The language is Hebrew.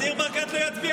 אז ניר ברקת לא יצביע.